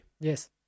Yes